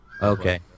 Okay